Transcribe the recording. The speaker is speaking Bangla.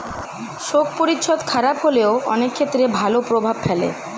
শোক পরিচ্ছদ খারাপ হলেও অনেক ক্ষেত্রে ভালো প্রভাব ফেলে